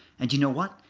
and you know what?